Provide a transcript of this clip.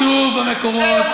כתוב במקורות: